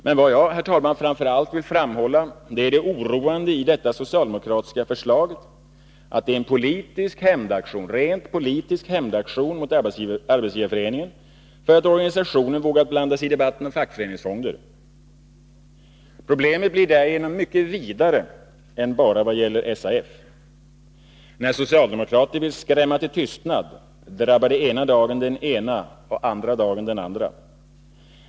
Men vad jag, herr talman, framför allt vill framhålla är det oroande i att detta socialdemokratiska förslag är en rent politisk hämndaktion mot Arbetsgivareföreningen för att organisationen vågat blanda sig i debatten om fackföreningsfonder. Problemet blir därigenom mycket vidare än att bara gälla SAF. När socialdemokrater vill skrämma till tystnad, drabbar det ena dagen den ena och andra dagen den andra.